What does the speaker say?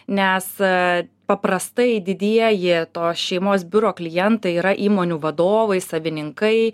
nes paprastai didieji to šeimos biuro klientai yra įmonių vadovai savininkai